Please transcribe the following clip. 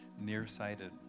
nearsighted